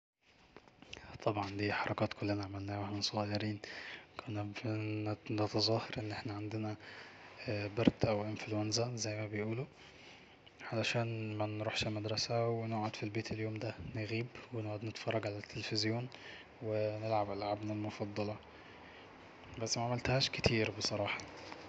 طبعا دي حركات كلنا عملناها واحنا صغيرين كنا نتظاهر أن عندنا برد أو إنفلونزا زي ما بيقولو علشان منروحش المدرسة اليوم دا نغيب ونقعد نتفرج على التليفزيون ونلعب العابنا المفضلة بس معملتهاش كتير بصراحة